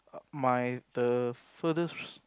my the furtherest